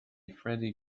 freddy